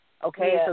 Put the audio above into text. Okay